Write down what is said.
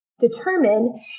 determine